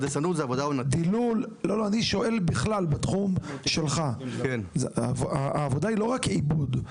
אני שואל בכלל בתחום שלך, העבודה היא לא רק עיבוד.